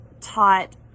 taught